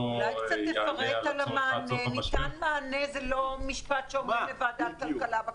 ניתן מענה זה לא משפט שאומרים לוועדת כלכלה בכנסת.